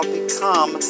become